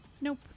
Nope